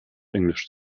englisch